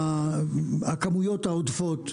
הכמויות העודפות,